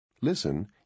Listen